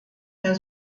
der